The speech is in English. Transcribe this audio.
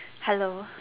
hello